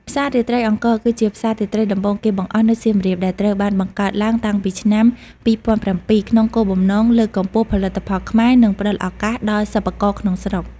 ផ្សាររាត្រីអង្គរគឺជាផ្សាររាត្រីដំបូងគេបង្អស់នៅសៀមរាប ដែលត្រូវបានបង្កើតឡើងតាំងពីឆ្នាំ ២០០៧ ក្នុងគោលបំណងលើកកម្ពស់ផលិតផលខ្មែរ និងផ្ដល់ឱកាសដល់សិប្បករក្នុងស្រុក។